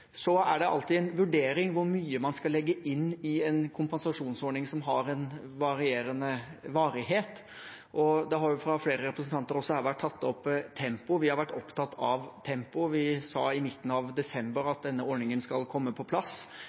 Så er det alltid en vurdering hvor mye man skal legge inn i en kompensasjonsordning som har en varierende varighet. Fra flere representanter har også tempo vært tatt opp. Vi har vært opptatt av tempo: Vi sa i midten av desember at denne ordningen skulle komme på plass.